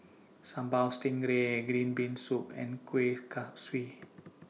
Sambal Dtingray Green Bean Soup and Kuih Kaswi